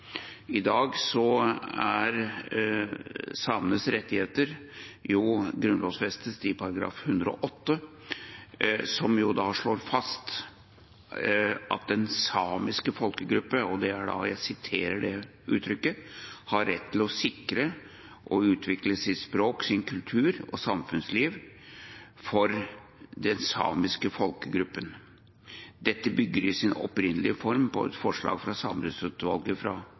samenes rettigheter grunnlovfestet i § 108, som slår fast at den samiske folkegruppe – jeg siterer det uttrykket – har rett til å sikre og utvikle sitt språk, sin kultur og sitt samfunnsliv. Dette bygger i sin opprinnelige form på et forslag fra Samerettsutvalget fra